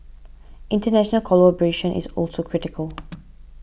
international collaboration is also critical